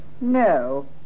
No